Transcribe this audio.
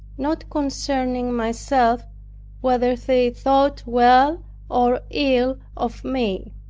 not concerning myself whether they thought well or ill of me